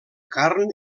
carn